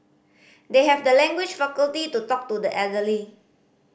they have the language faculty to talk to the elderly